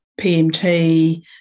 PMT